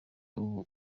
buri